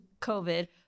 COVID